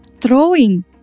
throwing